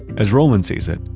as roland sees it,